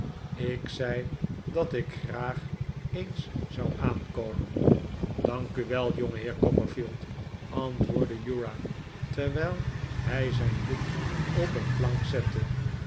ik zei dat ik graag eens zou aankomen dank u wel jongeheer copperfield antwoordde uriah terwijl hij zijn boek op een plank zette